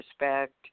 respect